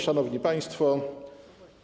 Szanowni Państwo!